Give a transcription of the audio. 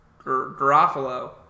Garofalo